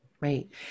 right